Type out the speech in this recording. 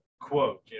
quote